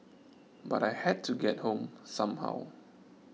but I had to get home somehow